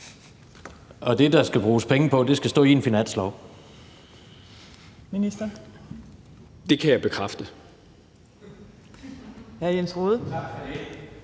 at det, der skal bruges penge på, skal stå i en finanslov? Kl. 17:12 Fjerde